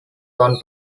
one